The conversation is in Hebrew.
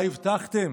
מה הבטחתם?